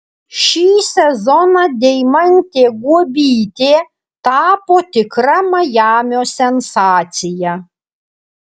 šį sezoną deimantė guobytė tapo tikra majamio sensacija